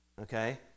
okay